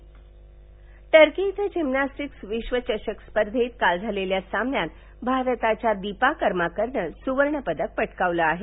सुवर्णपदक टर्की इथं जिमनॅस्टीक विश्वचषक स्पर्धेत काल झालेल्या सामन्यात भारताच्या दीपा कर्माकरनं सुवर्णपदक पटकावलं आहे